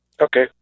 Okay